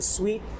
Sweet